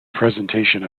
presentation